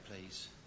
please